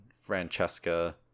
francesca